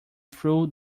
through